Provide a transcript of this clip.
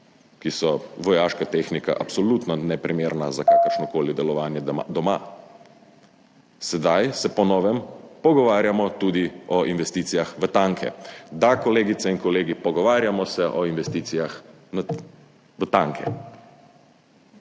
ki so vojaška tehnika, absolutno neprimerna za kakršnokoli delovanje doma. Sedaj se po novem pogovarjamo tudi o investicijah v tanke. Da, kolegice in kolegi, pogovarjamo se o investicijah v tanke.